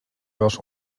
was